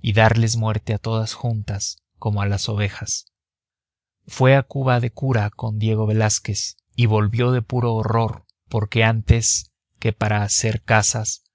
y darles muerte a todas juntas como a las ovejas fue a cuba de cura con diego velázquez y volvió de puro horror porque antes que para hacer casas